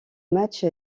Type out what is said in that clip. match